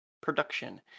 production